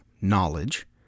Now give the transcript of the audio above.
knowledge